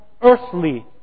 earthly